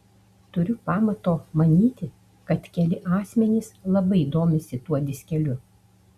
turiu pamato manyti kad keli asmenys labai domisi tuo diskeliu